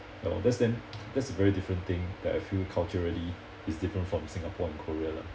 oh that's then that's a very different thing that I feel culturally is different from singapore and korea lah